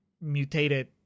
mutated